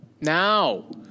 now